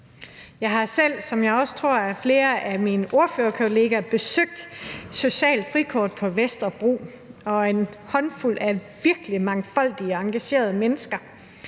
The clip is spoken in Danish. Jeg har også selv, som jeg tror flere af mine ordførerkollegaer, besøgt Socialt Frikort Vesterbro, og en håndfuld virkelig mangfoldige og engagerede mennesker